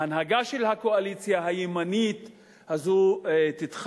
ההנהגה של הקואליציה הימנית הזאת,